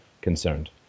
concerned